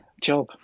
job